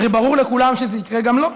הרי ברור לכולנו שזה יקרה גם לו,